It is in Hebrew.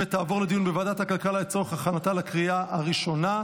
ותעבור לדיון בוועדת הכלכלה לצורך הכנתה לקריאה השנייה